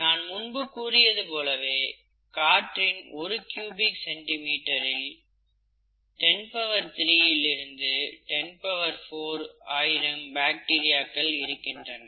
நான் முன்பு கூறியது போலவே காற்றின் ஒரு கியூபிக் சென்டி மீட்டரில் 10³ விலிருந்து 10⁴ ஆயிரம் பாக்டீரியாக்கள் இருக்கின்றன